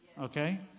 Okay